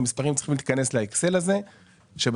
המספרים צריכים להתכנס לאקסל הזה שבסוף